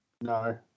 No